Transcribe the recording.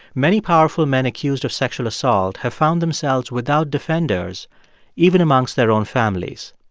many powerful men accused of sexual assault have found themselves without defenders even amongst their own families.